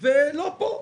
ולא נמצאים פה.